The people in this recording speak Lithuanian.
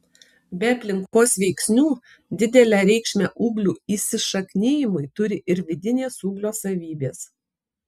be aplinkos veiksnių didelę reikšmę ūglių įsišaknijimui turi ir vidinės ūglio savybės